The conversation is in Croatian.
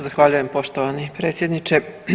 Zahvaljujem poštovani predsjedniče.